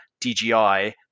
DGI